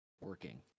working